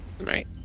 Right